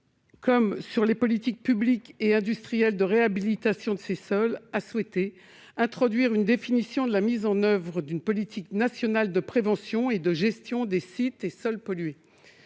et sur les politiques publiques et industrielles de réhabilitation de ces sols a souhaité introduire une définition de la mise en oeuvre d'une politique nationale de prévention et de gestion des sites et sols pollués.